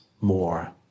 more